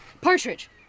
Partridge